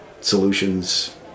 solutions